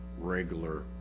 regular